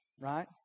right